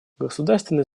государственный